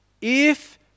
If